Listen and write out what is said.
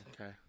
Okay